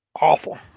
awful